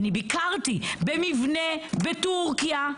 אני ביקרתי במבנה בטורקיה,